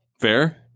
Fair